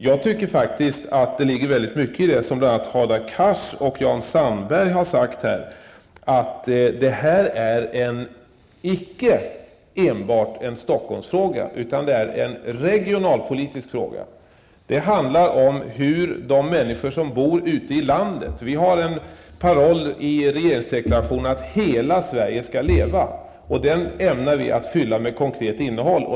Jag tycker faktiskt att det ligger mycket i det som bl.a. Hadar Cars och Jan Sandberg har sagt, att detta icke enbart är en Stockholmsfråga, utan det är en regionalpolitisk fråga. Det handlar om de människor som bor ute i landet. Vi har en paroll i regeringsdeklarationen att Hela Sverige skall leva. Den ämnar vi fylla med konkret innehåll.